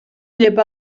llepa